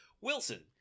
Wilson